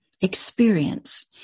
experience